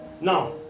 now